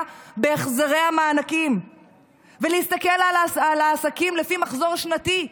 בהחזרי המענקים ולהסתכל על העסקים לפי מחזור שנתי,